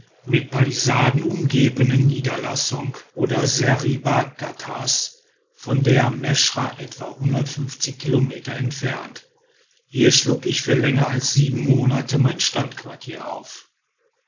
mit palisaden umgebenen niederlassung oder seriba ghattas von der meschra etwa kilometer entfernt hier schlug ich für länger als sieben monate mein standquartier auf